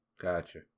Gotcha